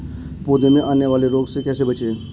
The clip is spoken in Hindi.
पौधों में आने वाले रोग से कैसे बचें?